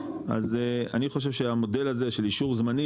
אז אני חושב שהמודל הזה של אישור זמני